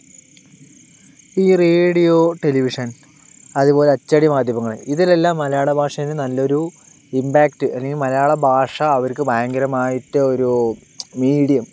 ഈ radio television അതുപോലെ അച്ചടി മാധ്യമങ്ങള് ഇതിലെല്ലാം മലയാള ഭാഷേന് നല്ലൊരു ഇമ്പാക്ട് അല്ലെങ്കി മലയാള ഭാഷ അവർക്ക് ഭയങ്കരമായിട്ടൊരു മീഡിയം